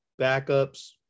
Backups